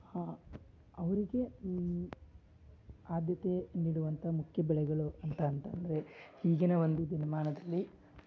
ಅವರಿಗೆ ಆದ್ಯತೆ ನೀಡುವಂಥ ಮುಖ್ಯ ಬೆಳೆಗಳು ಅಂತ ಅಂತ ಅಂದರೆ ಈಗಿನ ಒಂದು ದಿನಮಾನದಲ್ಲಿ